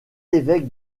évêque